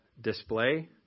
display